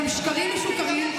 גם שקרים מסוכנים.